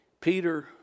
Peter